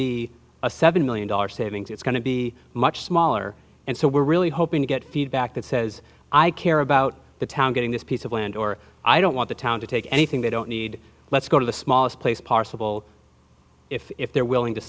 be a seven million dollars savings it's going to be much smaller and so we're really hoping to get feedback that says i care about the town getting this piece of land or i don't want the town to take anything they don't need let's go to the smallest place possible if they're